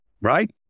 right